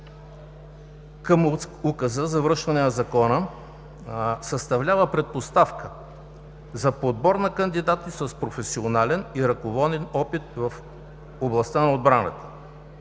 към Указа за връщане на Закона, съставлява предпоставка за подбор на кандидати с професионален и ръководен опит в областта на отбраната.